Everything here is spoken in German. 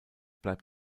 bleibt